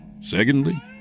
Secondly